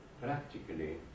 practically